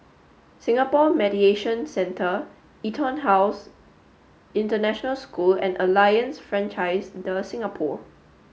Singapore Mediation Centre EtonHouse International School and Alliance Francaise de Singapour